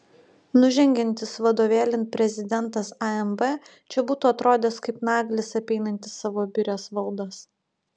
nužengiantis vadovėlin prezidentas amb čia būtų atrodęs kaip naglis apeinantis savo birias valdas